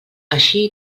així